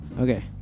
Okay